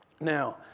Now